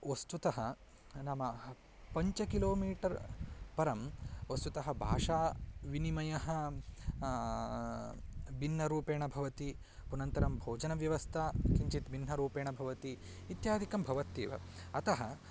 वस्तुतः नाम पञ्च किलोमीटर् परं वस्तुतः भाषाविनिमयः भिन्नरूपेण भवति पुनन्तरं भोजनव्यवस्था किञ्चित् भिन्नरूपेण भवति इत्यादिकं भवत्येव अतः